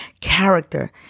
character